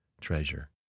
treasure